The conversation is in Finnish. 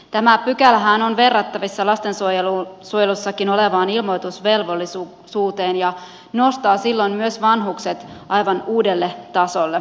tämä pykälähän on verrattavissa lastensuojelussakin olevaan ilmoitusvelvollisuuteen ja nostaa silloin myös vanhukset aivan uudelle tasolle